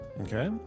Okay